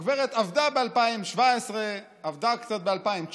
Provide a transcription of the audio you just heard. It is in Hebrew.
הגברת עבדה ב-2017, עבדה קצת ב-2019,